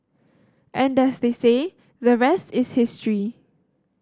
and as they say the rest is history